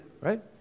right